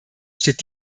steht